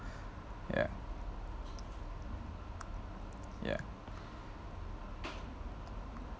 ya ya